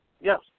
Yes